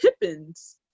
Pippen's